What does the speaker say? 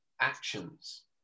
actions